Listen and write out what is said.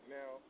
now